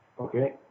Okay